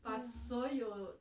ya